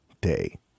day